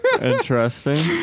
Interesting